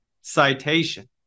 citation